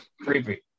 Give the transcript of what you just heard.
Creepy